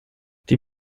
die